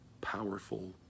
powerful